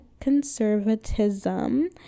conservatism